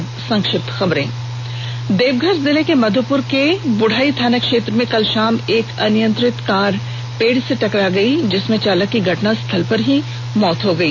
अब संक्षिप्त खबरें देवघर जिले के मधुपुर के बुढ़ई थाना क्षेत्र में कल शाम एक अनियंत्रित कार पेड़ से टकरा गई जिसमें चालक की घटनास्थल पर ही मौत हो गई